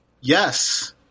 Yes